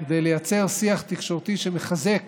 כדי לייצר שיח תקשורתי שמחזק